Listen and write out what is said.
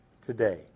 today